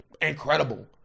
incredible